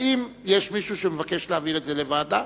האם יש מישהו שמבקש להעביר את זה לוועדה?